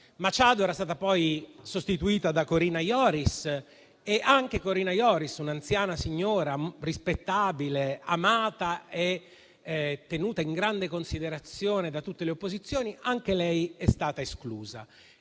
Machado era stata poi sostituita da Corina Yoris, ma anche Corina Yoris, un'anziana signora rispettabile, amata e tenuta in grande considerazione da tutte le opposizioni, è stata esclusa.